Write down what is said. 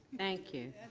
thank you.